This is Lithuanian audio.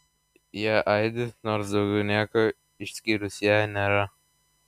jie aidi nors daugiau nieko išskyrus ją nėra